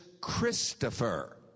Christopher